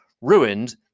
ruined